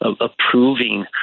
approving